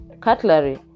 cutlery